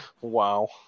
Wow